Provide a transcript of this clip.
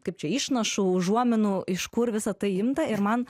kaip čia išnašų užuominų iš kur visa tai imta ir man